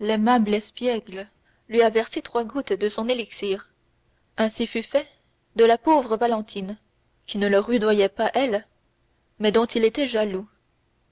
l'aimable espiègle lui a versé trois gouttes de son élixir ainsi fut fait de la pauvre valentine qui ne le rudoyait pas elle mais dont il était jaloux